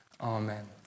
Amen